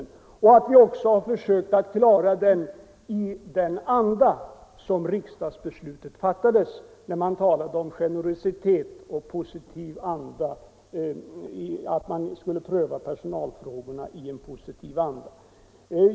Vi har också försökt klara uppgiften i den anda i vilken riksdagsbeslutet fattades, och där man talade om generositet och att man skulle pröva personalfrågorna i en positiv anda.